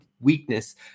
weakness